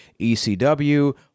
ecw